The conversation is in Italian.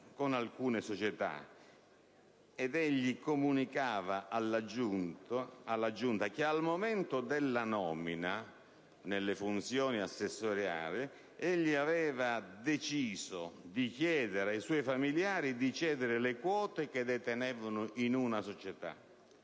A tal proposito, egli comunicava alla Giunta che al momento della nomina ad assessore egli aveva deciso di chiedere ai suoi familiari di cedere le quote che detenevano in una società;